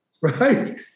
Right